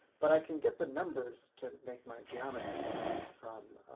but i can get the numbers to make my geometry string from